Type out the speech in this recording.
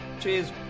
Cheers